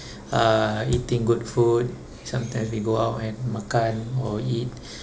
uh eating good food sometimes we go out and makan or eat